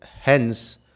hence